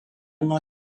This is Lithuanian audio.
nuo